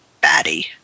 batty